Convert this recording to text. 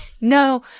no